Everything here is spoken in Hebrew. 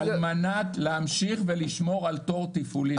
-- על מנת להמשיך ולשמור על תור תפעולי.